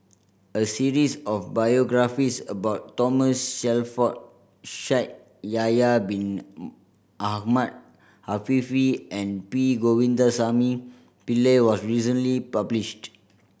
a series of biographies about Thomas Shelford Shaikh Yahya Bin Ahmed Afifi and P Govindasamy Pillai was recently published